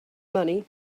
money